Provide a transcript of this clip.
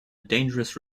dangerous